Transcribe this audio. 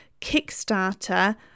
Kickstarter